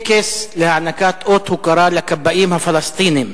טקס להענקת אות הוקרה לכבאים הפלסטינים